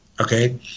okay